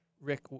Rick